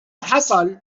حصل